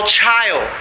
child